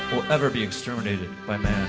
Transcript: will ever be exterminated by men